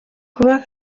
kuba